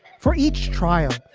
for each trial.